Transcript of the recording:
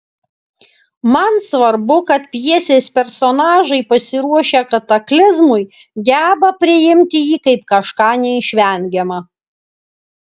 man svarbu kad pjesės personažai pasiruošę kataklizmui geba priimti jį kaip kažką neišvengiama